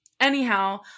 Anyhow